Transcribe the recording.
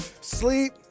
sleep